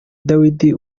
dawidi